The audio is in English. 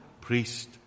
priest